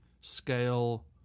scale